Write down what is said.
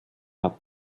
hat